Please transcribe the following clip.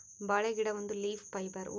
ಬಾಳೆ ಗಿಡ ಒಂದು ಲೀಫ್ ಫೈಬರ್